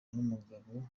n’umugabo